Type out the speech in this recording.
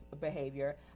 behavior